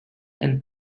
and